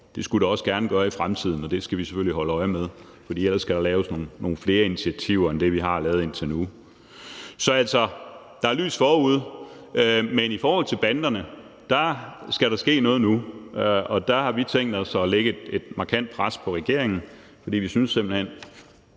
Det skulle det også gerne gøre i fremtiden, og det skal vi selvfølgelig holde øje med, for ellers skal der tages nogle flere initiativer end dem, vi har taget indtil nu. Så altså, der er lys forude. Men i forhold til banderne skal der ske noget nu, og der har vi tænkt os at lægge et markant pres på regeringen, for vi synes simpelt hen